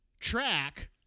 track